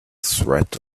threat